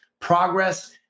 Progress